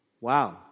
Wow